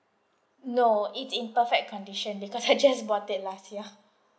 no it's in perfect condition because I just bought it last year